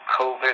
COVID